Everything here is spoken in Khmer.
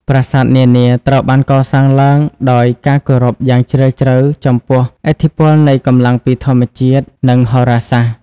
ប្រាសាទនានាត្រូវបានកសាងឡើងដោយការគោរពយ៉ាងជ្រាលជ្រៅចំពោះឥទ្ធិពលនៃកម្លាំងពីធម្មជាតិនិងហោរាសាស្ត្រ។